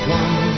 one